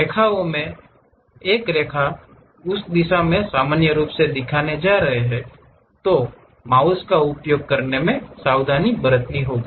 रेखाओ में से एक रेखा की इसे उस दिशा में सामान्य रूप से दिखाने जा रहा है तब आपको माउस का उपयोग करने में सावधानी बरतनी होगी